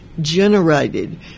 generated